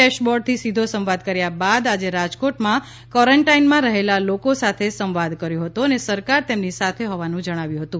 ડેશબોર્ડથી સીધો સંવાદ કર્યા બાદ આજે રાજકોટમાં ક્વોરંટાઈનમાં રહેલા લોકો સાથે સંવાદ કર્યો હતો અને સરકાર તેમની સાથે હોવાનું જણાવ્યુ હતું